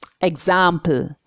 example